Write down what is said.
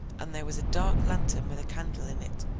and there was a dark lantern with a candle in it,